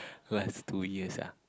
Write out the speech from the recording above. last two years ah